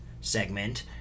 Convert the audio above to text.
segment